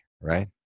right